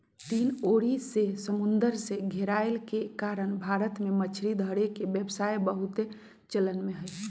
तीन ओरी से समुन्दर से घेरायल के कारण भारत में मछरी धरे के व्यवसाय बहुते चलन में हइ